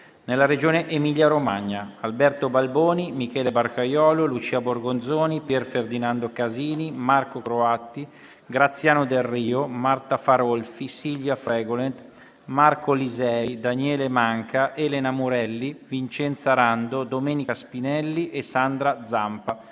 nella Regione Emilia-Romagna: Alberto Balboni, Michele Barcaiuolo, Lucia Borgonzoni, Pier Ferdinando Casini, Marco Croatti, Graziano Delrio, Marta Farolfi, Silvia Fregolent, Marco Lisei, Daniele Manca, Elena Murelli, Vincenza Rando, Domenica Spinelli e Sandra Zampa.